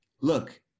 look